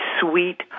sweet